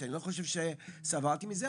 שאני לא חושב שסבלתי מזה,